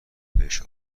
بهش